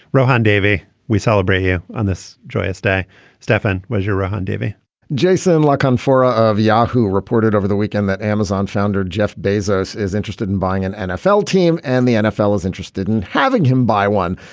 ron davey we celebrate here on this joyous day stefan was your run on davey jason like on four of yahoo reported over the weekend that amazon founder jeff bezos is interested in buying an nfl team and the nfl is interested in having him buy one.